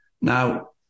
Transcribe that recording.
Now